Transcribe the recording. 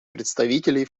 представителей